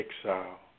exile